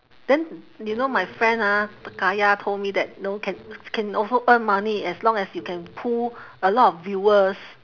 then you know my friend ah kaya told me that know can can also earn money as long as you can pull a lot of viewers